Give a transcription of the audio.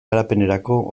garapenerako